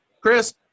Chris